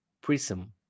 Prism